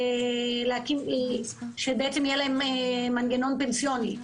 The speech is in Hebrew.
שיהיה להם מנגנון פנסיוני.